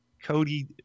Cody